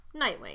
Nightwing